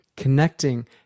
connecting